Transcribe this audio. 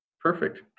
Perfect